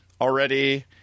already